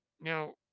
now